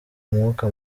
umwaka